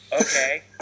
okay